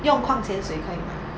用矿泉水可以 mah